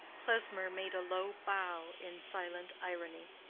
klesmer made a low bow in silent irony.